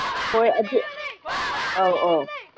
ꯍꯣꯏ ꯑꯗꯨ ꯑꯧ ꯑꯧ